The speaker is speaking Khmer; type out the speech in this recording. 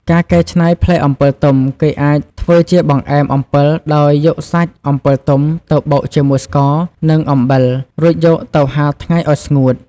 ការកែច្នៃផ្លែអំពិលទុំគេអាចធ្វើជាបង្អែមអំពិលដោយយកសាច់អំពិលទុំទៅបុកជាមួយស្ករ និងអំបិល រួចយកទៅហាលថ្ងៃឲ្យស្ងួត។